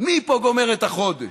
מי פה גומר את החודש?